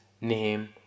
name